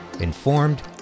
informed